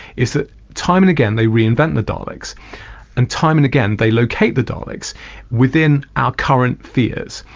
is that time and again they reinvent the daleks and time and again they locate the daleks within our current fears.